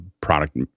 product